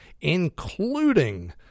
including